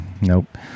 Nope